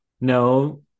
no